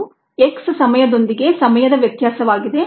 ಇದು X ಸಮಯದೊಂದಿಗೆ ಸಮಯದ ವ್ಯತ್ಯಾಸವಾಗಿದೆ